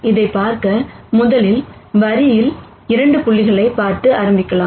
அதைப் பார்க்க முதலில் வரியில் 2 புள்ளிகளைப் பார்த்து ஆரம்பிக்கலாம்